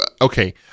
okay